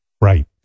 Right